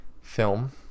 film